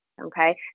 okay